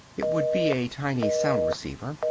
it would be a tiny sound-receiver.